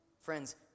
Friends